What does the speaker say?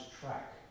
track